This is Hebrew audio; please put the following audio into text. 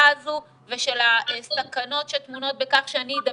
הזו ושל הסכנות שטמונות בכך שאני אדבק,